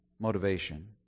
motivation